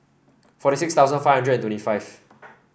forty six thousand five hundred and twenty five